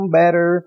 better